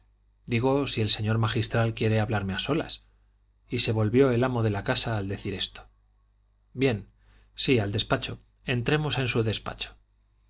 digo si el señor magistral quiere hablarme a solas y se volvió el amo de la casa al decir esto bien sí al despacho entremos en su despacho